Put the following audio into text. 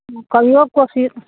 करिऔ कोशिश